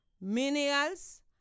minerals